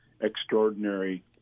extraordinary